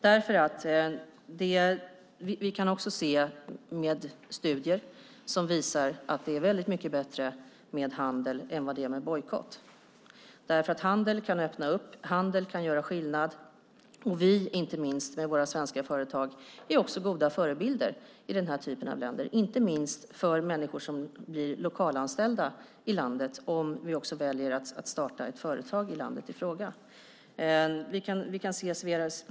Det finns studier som visar att det är mycket bättre med handel än bojkott. Handel kan öppna upp och göra skillnad. Våra svenska företag är goda förebilder i den här typen av länder, inte minst för människor som blir lokalanställda i landet i fråga om vi väljer att starta ett företag där.